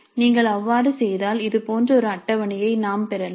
நீங்கள் அவ்வாறு செய்தால் இது போன்ற ஒரு அட்டவணையை நாம் பெறலாம்